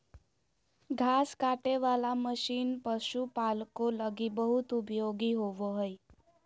घास काटे वाला मशीन पशुपालको लगी बहुत उपयोगी होबो हइ